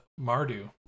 Mardu